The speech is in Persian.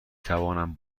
توانم